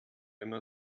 immer